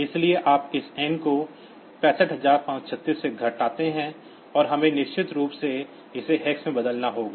इसलिए आप इस n को 65536 से घटाते हैं और हमें निश्चित रूप से इसे हेक्स में बदलना होगा